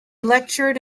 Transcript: lectured